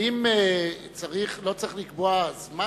האם לא צריך לקבוע זמן?